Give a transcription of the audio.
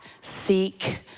seek